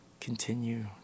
continue